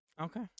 okay